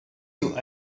you